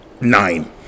nine